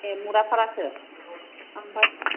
ए मुराफारासो आमफ्राय